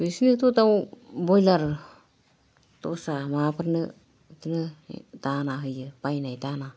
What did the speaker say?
बिसिनोथ' दाउ बयलार दस्रा माबाफोरनो बिदिनो दाना होयो बायनाय दाना